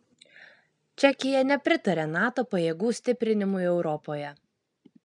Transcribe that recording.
čekija nepritaria nato pajėgų stiprinimui europoje